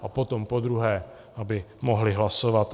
A potom podruhé, aby mohli hlasovat.